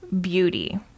beauty